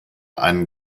einen